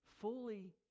fully